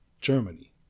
Germany